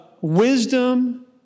wisdom